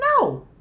no